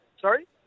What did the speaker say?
Sorry